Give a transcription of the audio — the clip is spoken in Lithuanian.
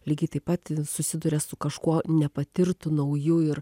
lygiai taip pat susiduria su kažkuo nepatirtu nauju ir